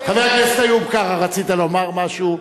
חבר הכנסת איוב קרא, רצית לומר משהו?